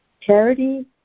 Charity